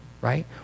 right